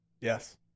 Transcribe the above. Yes